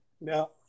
now